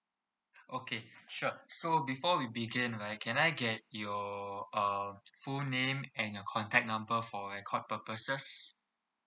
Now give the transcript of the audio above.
okay sure so before we begin right can I get your uh full name and your contact number for record purposes